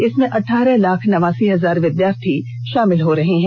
इसमें अठारह लाख नवासी हजार विद्यार्थी शामिल हो रहे हैं